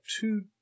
two